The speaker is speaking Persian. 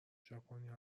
ژاپنیا